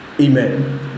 Amen